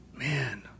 man